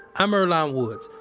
i'm earlonne woods.